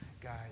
guys